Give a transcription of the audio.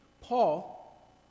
Paul